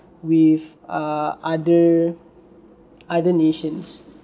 with err other other nations